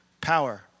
power